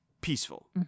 peaceful